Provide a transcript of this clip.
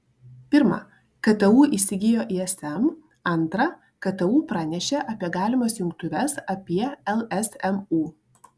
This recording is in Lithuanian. pirma ktu įsigijo ism antra ktu pranešė apie galimas jungtuves apie lsmu